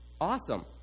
awesome